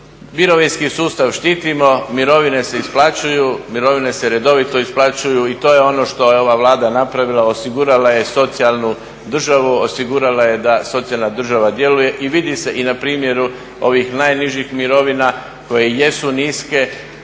Mirovinski sustav štitimo, mirovine se isplaćuju, mirovine se redovito isplaćuju i to je ono što je ova Vlada napravila. Osigurala je socijalnu državu, osigurala je da socijalna država djeluje i vidi se i na primjeru ovih najnižih mirovina koje jesu niske